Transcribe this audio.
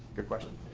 good question,